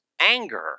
anger